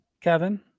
Kevin